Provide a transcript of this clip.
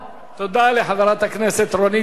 תודה לחברת הכנסת רונית תירוש.